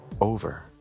Over